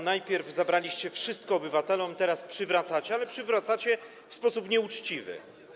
Najpierw zabraliście wszystko obywatelom, teraz przywracacie, ale przywracacie w sposób nieuczciwy.